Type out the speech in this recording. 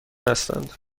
هستند